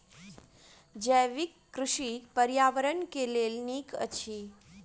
जैविक कृषि पर्यावरण के लेल नीक अछि